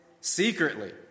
secretly